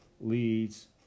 leads